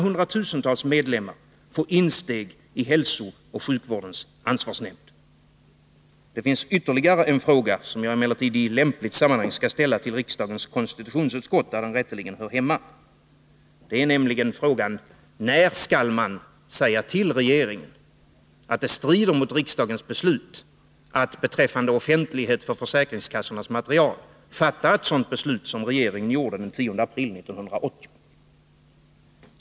hundratusentals medlemmar få insteg i hälsooch sjukvårdens ansvarsnämnd? Det finns ytterligare en fråga, men den skall jag i lämpligt sammanhang ställa till riksdagens konstitutionsutskott, där den rätteligen hör hemma. Det är frågan: När skall man säga till regeringen att det strider mot riksdagens beslut att beträffande offentlighet för försäkringskassornas material fatta ett sådant beslut som regeringen gjorde den 10 april 1980?